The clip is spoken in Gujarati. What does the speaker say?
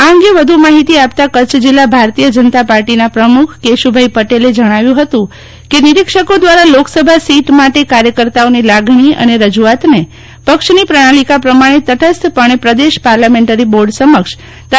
આ અંગે વધુ માફિતી આપતાં કચ્છ જિલ્લા ભારતીય જનતા પાર્ટીના પ્રમુખ કેશુભાઇ પટેલે જણાવ્યું ફતું કે નિરીક્ષકો દ્વારા લોકસભા સીટ માટે કાર્યકર્તાઓની લાગણી અને રજૂઆતને પક્ષની પ્રણાલિકા પ્રમાણે તટસ્થપણે પ્રદેશ પાર્લામેન્ટરી બોર્ડ સમક્ષ તા